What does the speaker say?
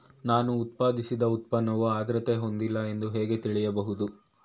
ನಾನು ಉತ್ಪಾದಿಸಿದ ಉತ್ಪನ್ನವು ಆದ್ರತೆ ಹೊಂದಿಲ್ಲ ಎಂದು ಹೇಗೆ ತಿಳಿಯಬಹುದು?